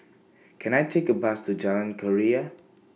Can I Take A Bus to Jalan Keria